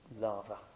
lava